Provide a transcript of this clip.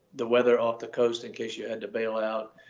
the weather off the coast in case you had to bail out.